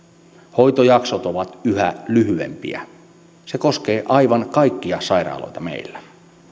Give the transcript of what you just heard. hoitojaksot ovat yhä lyhyempiä se koskee aivan kaikkia sairaaloita meillä